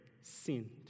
sinned